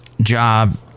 Job